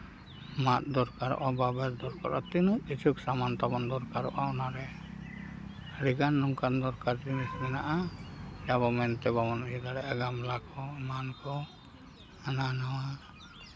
ᱢᱟᱫ ᱫᱚᱨᱠᱟᱨᱚᱜᱼᱟ ᱵᱟᱵᱮᱨ ᱫᱚᱨᱠᱟᱨᱚᱜᱼᱟ ᱛᱤᱱᱟᱹᱜ ᱢᱤᱪᱷᱩ ᱥᱟᱢᱟᱱ ᱛᱟᱢᱟᱱ ᱫᱚᱨᱠᱟᱨᱚᱜᱼᱟ ᱚᱱᱟᱨᱮ ᱟᱹᱰᱤᱜᱟᱱ ᱱᱚᱝᱠᱟᱱ ᱫᱚᱨᱠᱟᱨ ᱡᱤᱱᱤᱥ ᱢᱮᱱᱟᱜᱼᱟ ᱟᱵᱚ ᱢᱮᱱᱛᱮ ᱵᱟᱵᱚᱱ ᱤᱭᱟᱹ ᱫᱟᱲᱮᱭᱟᱜᱼᱟ ᱜᱟᱞᱢᱟᱨᱟᱣ ᱠᱚ ᱮᱢᱟᱱ ᱠᱚ ᱦᱟᱱᱟ ᱱᱚᱣᱟ